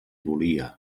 volia